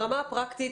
ברמה הפרקטית,